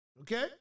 Okay